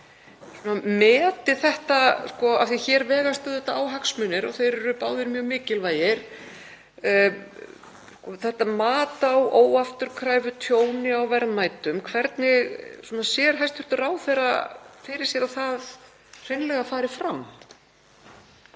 meti þetta, af því að hér vegast á hagsmunir og þeir eru báðir mjög mikilvægir. Þetta mat á óafturkræfu tjóni á verðmætum, hvernig sér hæstv. ráðherra fyrir sér að það fari hreinlega fram?